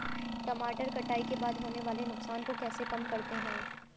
टमाटर कटाई के बाद होने वाले नुकसान को कैसे कम करते हैं?